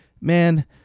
man